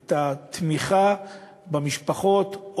את התמיכה במשפחות,